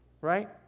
right